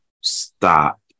stop